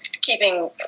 keeping